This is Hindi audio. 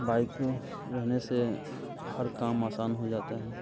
बाइक रहने से हर काम असान हो जाता है